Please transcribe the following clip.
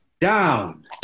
down